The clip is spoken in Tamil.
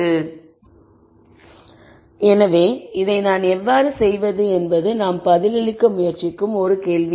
Refer Slide Time 3128 எனவே இதை நான் எவ்வாறு செய்வது என்பது நாம் பதிலளிக்க முயற்சிக்கும் ஒரு கேள்வி